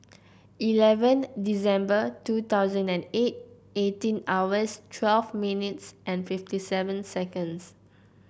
eleven December two thousand and eight eighteen hours twelve minutes and fifty seven seconds